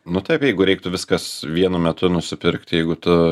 nu taip jeigu reiktų viskas vienu metu nusipirkt jeigu tu